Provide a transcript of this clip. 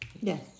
Yes